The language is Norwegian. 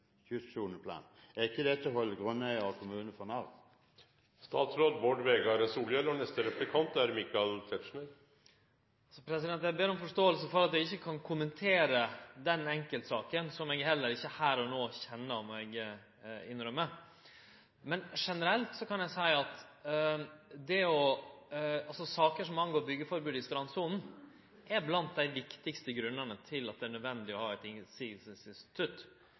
kystsoneplan? Er ikke dette å holde grunneiere og kommune for narr? Eg ber om forståing for at eg ikkje kan kommentere denne enkeltsaka, som eg heller ikkje her og no kjenner, må eg innrømme. Men generelt kan eg seie at saker som gjeld byggeforbod i strandsona, er blant dei viktigaste grunnane til at det er nødvendig å ha eit